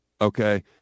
Okay